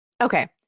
Okay